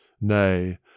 Nay